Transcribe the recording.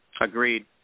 Agreed